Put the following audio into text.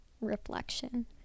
reflection